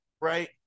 right